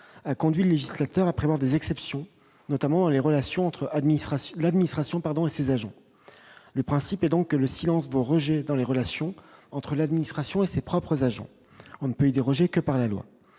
a conduit le législateur à prévoir des exceptions, notamment les relations entre l'administration pardon et ses agents, le principe est donc le silence vaut rejet dans les relations entre l'administration et ses propres agents, on ne peut déroger que par la loi,